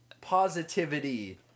positivity